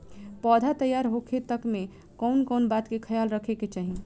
पौधा तैयार होखे तक मे कउन कउन बात के ख्याल रखे के चाही?